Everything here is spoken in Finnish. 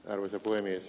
arvoisa puhemies